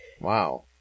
Wow